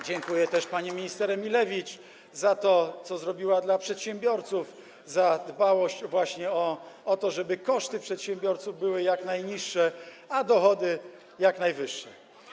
Dziękuję też pani minister Emilewicz za to, co zrobiła dla przedsiębiorców: za dbałość o to, żeby koszty przedsiębiorców były jak najniższe, a dochody jak najwyższe.